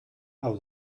hau